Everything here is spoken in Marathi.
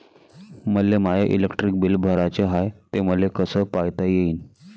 मले माय इलेक्ट्रिक बिल भराचं हाय, ते मले कस पायता येईन?